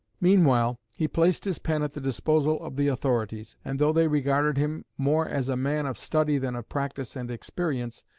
meanwhile he placed his pen at the disposal of the authorities, and though they regarded him more as a man of study than of practice and experience,